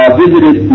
visited